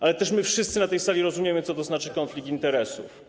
Ale też my wszyscy na tej sali rozumiemy, co to znaczy konflikt interesów.